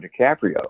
DiCaprio